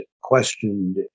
questioned